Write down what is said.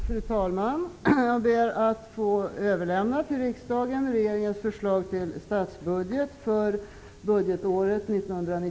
Fru talman! Jag ber att till riksdagen få överlämna regeringens förslag till statsbudget för budgetåret